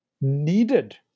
needed